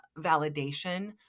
validation